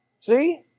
See